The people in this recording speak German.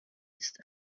ist